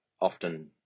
often